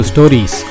Stories